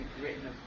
written